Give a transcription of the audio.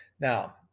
Now